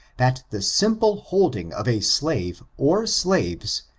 that the simple holding of a slave, or slaves,